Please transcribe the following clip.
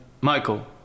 Michael